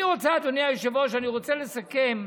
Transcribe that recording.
אדוני היושב-ראש, אני רוצה לסכם,